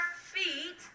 feet